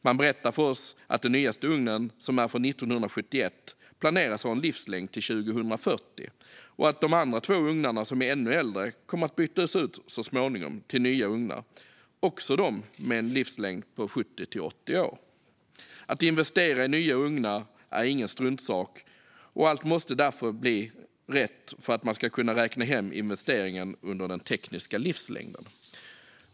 De berättade för oss att den nyaste ugnen, som är från 1971, planeras att ha en livslängd till 2040 och att de andra två ugnarna, som är ännu äldre, så småningom kommer att bytas ut mot nya ugnar, också de med en livslängd på 70-80 år. Att investera i nya ugnar är ingen struntsak, och allt måste därför bli rätt för att de ska kunna räkna hem investeringen under den tekniska livslängden.